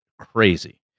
crazy